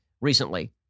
recently